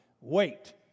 wait